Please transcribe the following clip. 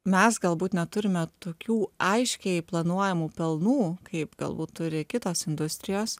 mes galbūt neturime tokių aiškiai planuojamų pelnų kaip galbūt turi kitos industrijos